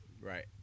right